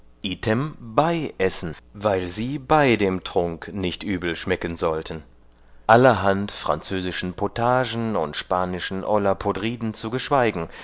weil sie bei dem trunk nicht übel schmecken sollten allerhand französischen potagen und spanischen olla potriden zu geschweigen